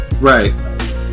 Right